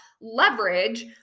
leverage